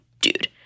dude